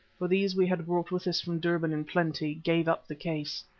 for these we had brought with us from durban in plenty, gave up the case.